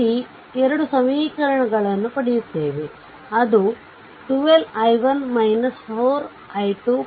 ಇಲ್ಲಿ ಎರಡು ಸಮೀಕರಣಗಳನ್ನು ಪಡೆಯುತ್ತವೆ ಅದು 12 i1 4i2 v 0